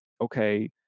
okay